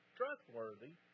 trustworthy